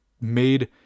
made